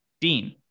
Dean